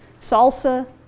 salsa